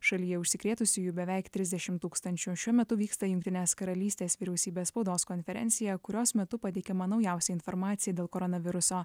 šalyje užsikrėtusiųjų beveik trisdešimt tūkstančių šiuo metu vyksta jungtinės karalystės vyriausybės spaudos konferencija kurios metu pateikiama naujausia informacija dėl koronaviruso